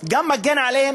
גם מגן עליהם,